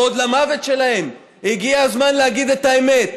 ועוד למוות שלהם הגיע הזמן להגיד את האמת: